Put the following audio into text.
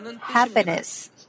happiness